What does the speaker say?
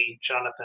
Jonathan